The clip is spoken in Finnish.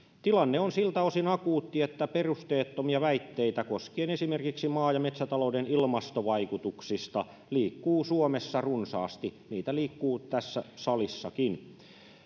tilanne on siltä osin akuutti että perusteettomia väitteitä esimerkiksi maa ja metsätalouden ilmastovaikutuksista liikkuu suomessa runsaasti niitä liikkuu tässä salissakin